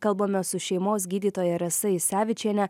kalbame su šeimos gydytoja rasa isevičiene